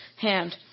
hand